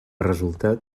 resultat